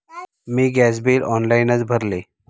मी gas bill ऑनलाइनच भरले